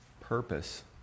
purpose